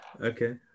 Okay